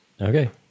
Okay